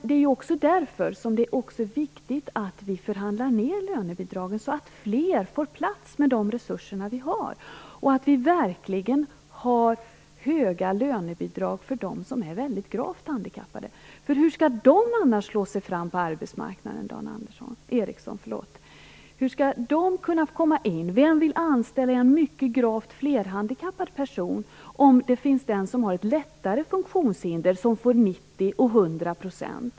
Det är också därför som det också är viktigt att vi förhandlar ner lönebidragen så att fler får plats med de resurser vi har och att vi verkligen har höga lönebidrag för dem som är mycket gravt handikappade. Hur skall de annars slå sig fram på arbetsmarknaden, Dan Ericsson? Hur skall de kunna komma in? Vem vill anställa en mycket gravt flerhandikappad person om det finns någon som har ett lättare funktionshinder som får 90 % eller 100 %?